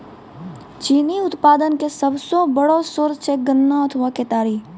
चीनी उत्पादन के सबसो बड़ो सोर्स छै गन्ना अथवा केतारी